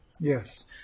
Yes